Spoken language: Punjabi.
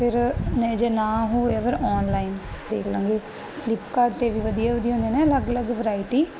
ਫਿਰ ਨੇ ਜੇ ਨਾ ਹੋਇਆ ਫਿਰ ਆਨਲਾਈਨ ਦੇਖ ਲਾਂਗੇ ਫਲਿੱਪਕਾਡ ਤੇ ਵੀ ਵਧੀਆ ਵਧੀਆ ਹੁੰਦੇ ਨੇ ਅਲੱਗ ਅਲੱਗ ਵਰਾਇਟੀ